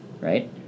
right